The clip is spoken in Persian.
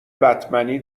بتمنی